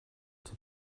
cun